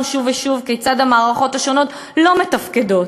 שוב ושוב כיצד המערכות השונות לא מתפקדות,